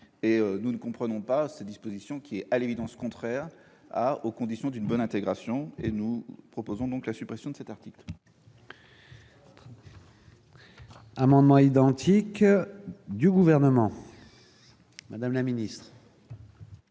Nous ne comprenons donc pas cette disposition, qui est à l'évidence contraire aux conditions d'une bonne intégration. C'est pourquoi nous proposons la suppression de cet article.